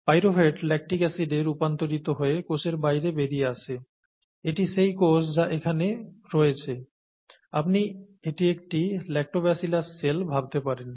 pyruvate lactic অ্যাসিডে রূপান্তরিত হয়ে কোষের বাইরে বেরিয়ে আসে এটি সেই কোষ যা এখানে রয়েছে আপনি এটি একটি Lactobacillus cell ভাবতে পারেন